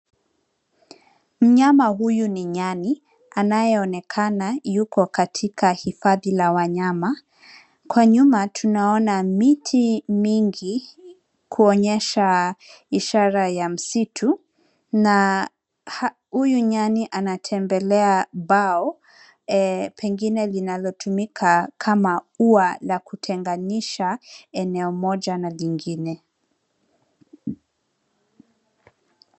Mnyama huyu ni nyani anayeonekana yuko katika hifadhi la wanyama. Kwa nyuma, tunaona miti mingi kuonyesha ishara ya msitu na ha- huyu nyani anatembelea mbao, eh, pengine linalotumika kama ua la kutenganisha eneo moja na lingine.